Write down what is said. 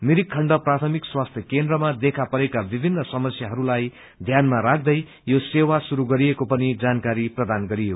मिरिक खण्ड प्राथमिक स्वास्थ्य केन्द्रमा देखा परेका विभिन्न समस्याहरूलाई ध्यानामा राख्दै यो सेवा शुरू गरिएको पनि जानकारी प्रदान गरियो